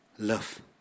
Love